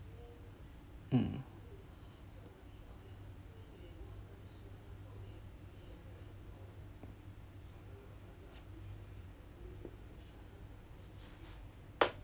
mm